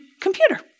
computer